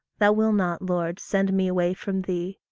thou will not, lord, send me away from thee.